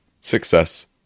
Success